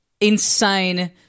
Insane